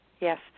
Yes